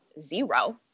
zero